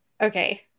Okay